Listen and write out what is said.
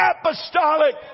apostolic